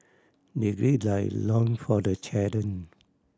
they gird their loin for the challenge